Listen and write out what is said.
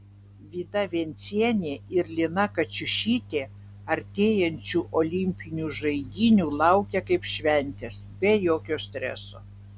vida vencienė ir lina kačiušytė artėjančių olimpinių žaidynių laukia kaip šventės be jokio streso